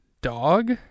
Dog